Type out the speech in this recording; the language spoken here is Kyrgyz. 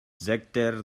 зектер